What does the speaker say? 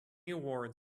awards